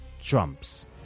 trumps